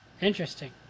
interesting